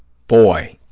boy,